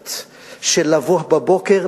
חברתית של לבוא בבוקר,